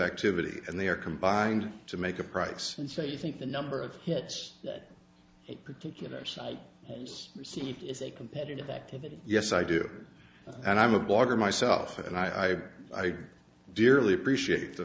activity and they are combined to make a price and so you think the number of hits that a particular site received is a competitive activity yes i do and i'm a blogger myself and i i dearly appreciate the